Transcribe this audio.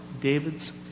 David's